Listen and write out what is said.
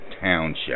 Township